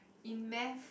in math